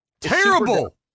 Terrible